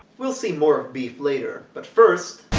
we'll see more of beef later. but first,